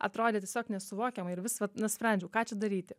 atrodė tiesiog nesuvokiamai ir vis vat nu sprendžiau ką čia daryti